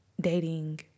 dating